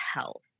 health